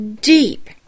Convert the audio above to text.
Deep